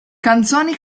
canzoni